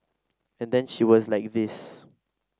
and then she was like this